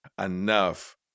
enough